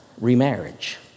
Remarriage